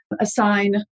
assign